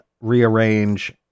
Rearrange